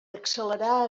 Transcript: accelerar